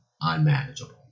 unmanageable